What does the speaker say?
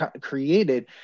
created